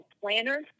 planner